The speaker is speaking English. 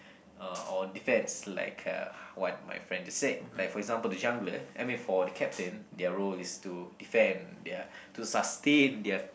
uh or defence like uh what my friend just said like for example the jungler I mean for the captain their role is to defend their to sustain their